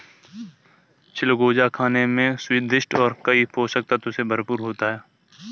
चिलगोजा खाने में स्वादिष्ट और कई पोषक तत्व से भरपूर होता है